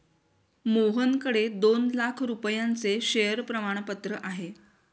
मोहनकडे दोन लाख रुपयांचे शेअर प्रमाणपत्र आहे